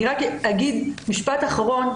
אני רק אגיד משפט אחרון.